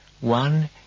One